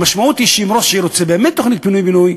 המשמעות היא שאם ראש עיר רוצה באמת תוכנית פינוי-בינוי,